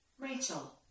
Rachel